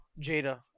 Jada